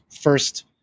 first